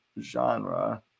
genre